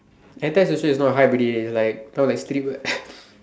hentai special is not like hype already eh like all like streetwear